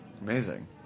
Amazing